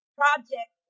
project